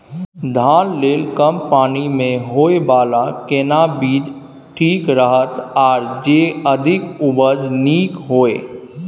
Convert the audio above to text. धान लेल कम पानी मे होयबला केना बीज ठीक रहत आर जे अधिक उपज नीक होय?